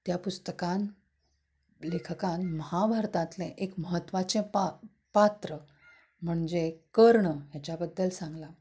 त्या पुस्तकांत लेखकान महाभारतातलें एक म्हत्वाचें पाक पात्र म्हणजे कर्ण हाच्या बद्दल सांगलां